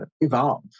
evolve